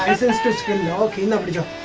ah sister susan okie knowledge of